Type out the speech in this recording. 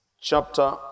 chapter